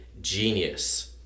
genius